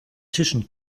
tischen